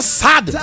sad